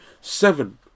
seven